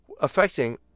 affecting